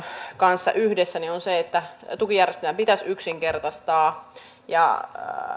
kanssa on se että tukijärjestelmää pitäisi yksinkertaistaa